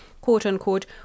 quote-unquote